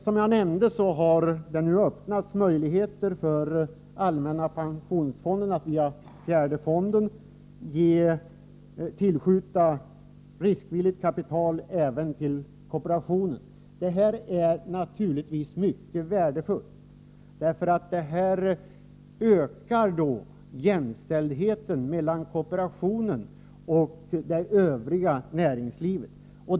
Som jag nämnde har det nu även blivit möjligt att via allmänna pensionsfondens fjärde fondstyrelse tillföra kooperationen riskvilligt kapital. Det här är naturligtvis mycket värdefullt, eftersom jämställdheten ökar mellan kooperationen och det övriga näringslivet.